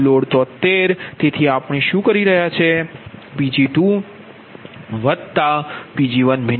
તેથી આપણે શું કરી રહ્યા છે